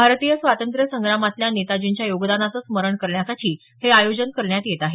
भारतीय स्वातंत्र्य संग्रामातल्या नेताजींच्या योगदानाचं स्मरण करण्यासाठी हे आयोजन करण्यात येत आहे